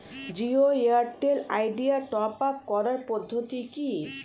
Jio Airtel Idea top up করার পদ্ধতি কি?